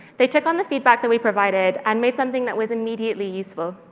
they took on the feedback that we provided and made something that was immediately useful.